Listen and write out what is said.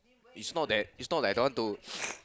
it's not that it's not like don't want to